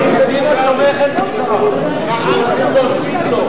נחמן שי,